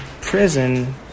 Prison